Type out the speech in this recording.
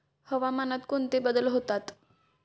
हवामानात कोणते बदल होतात?